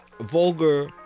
vulgar